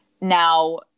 Now